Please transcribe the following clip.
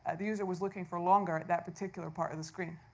and the user was looking for longer at that particular part of the screen.